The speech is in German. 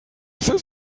weiße